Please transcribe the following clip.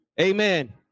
Amen